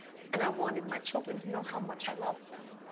and i wanted my children to know how much i love them.